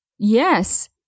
Yes